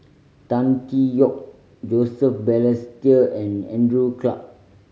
Tan Tee Yoke Joseph Balestier and Andrew Clarke